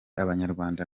abanyarwanda